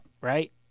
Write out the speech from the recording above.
right